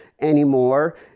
anymore